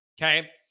okay